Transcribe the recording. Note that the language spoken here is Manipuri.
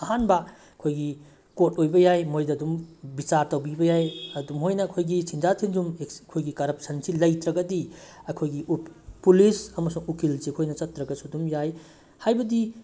ꯑꯍꯥꯟꯕ ꯑꯩꯈꯣꯏꯒꯤ ꯀꯣꯔꯠ ꯑꯣꯏꯕ ꯌꯥꯏ ꯃꯣꯏꯗ ꯑꯗꯨꯝ ꯕꯤꯆꯥꯔ ꯇꯧꯕꯤꯕ ꯌꯥꯏ ꯑꯗꯨ ꯃꯣꯏꯅ ꯑꯩꯈꯣꯏꯒꯤ ꯁꯦꯟꯖꯥ ꯊꯨꯝꯖꯥ ꯑꯩꯈꯣꯏꯒꯤ ꯀꯔꯞꯁꯟꯁꯦ ꯂꯩꯇ꯭ꯔꯒꯗꯤ ꯑꯩꯈꯣꯏꯒꯤ ꯄꯨꯂꯤꯁ ꯑꯃꯁꯨꯡ ꯎꯀꯤꯜꯁꯦ ꯑꯩꯈꯣꯏꯅ ꯆꯠꯇ꯭ꯔꯒꯁꯨ ꯑꯗꯨꯝ ꯌꯥꯏ ꯍꯥꯏꯕꯗꯤ